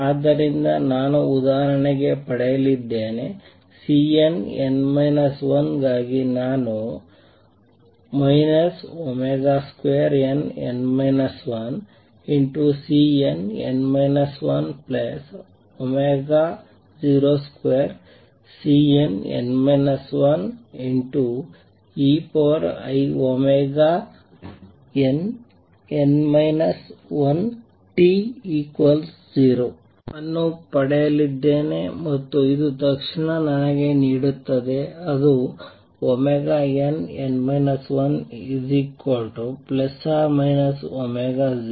ಆದ್ದರಿಂದ ನಾನು ಉದಾಹರಣೆಗೆ ಪಡೆಯಲಿದ್ದೇನೆ Cnn 1ಗಾಗಿ ನಾನು nn 12Cnn 102Cnn 1einn 1t0 ಅನ್ನು ಪಡೆಯಲಿದ್ದೇನೆ ಮತ್ತು ಇದು ತಕ್ಷಣ ನನಗೆ ನೀಡುತ್ತದೆ ಅದು nn 1±0